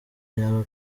yaba